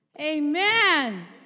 Amen